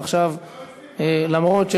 עכשיו חברת הכנסת זועבי מדברת.